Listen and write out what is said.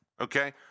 okay